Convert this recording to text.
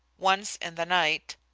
once in the night,